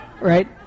right